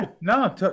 No